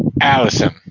Allison